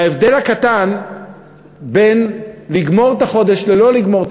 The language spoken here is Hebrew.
וההבדל הקטן בין לגמור את החודש ללא לגמור את